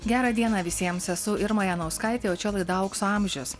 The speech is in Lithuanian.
gerą dieną visiems esu irma janauskaitė o čia laida aukso amžius